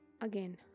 again